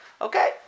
Okay